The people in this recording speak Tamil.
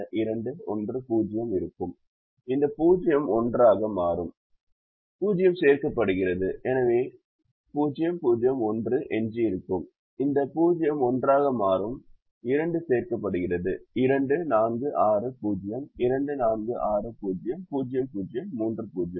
இந்த 0 ஒன்றாக மாறும் 0 சேர்க்கப்படுகிறது 0 0 1 எஞ்சியிருக்கும் இந்த 0 ஒன்றாக மாறும் 2 சேர்க்கப்படுகிறது 2 4 6 0 2 4 6 0 0 0 3 0